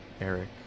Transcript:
Eric